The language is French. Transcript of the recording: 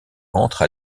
entre